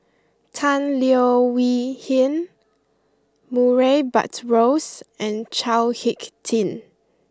Tan Leo Wee Hin Murray Buttrose and Chao Hick Tin